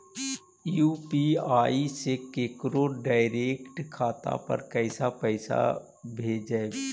UPI से केकरो direct खाता पर पैसा कैसे भेजबै?